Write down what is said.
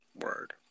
Word